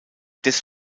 des